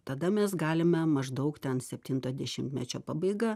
tada mes galime maždaug ten septinto dešimtmečio pabaiga